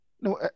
No